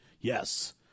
Yes